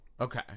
Okay